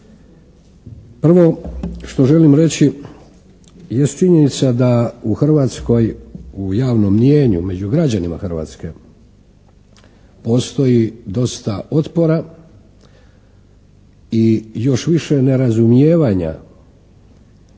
Prvo što želim reći jest činjenica da u Hrvatskoj u javnom mnijenju među građanima Hrvatske postoji dosta otpora i još više nerazumijevanja